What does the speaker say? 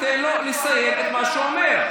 תן לו לסיים את מה שהוא אומר.